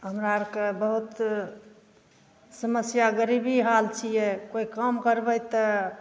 हमराआरके बहुत समस्या गरीबी हाल छियै कोइ काम करबै तऽ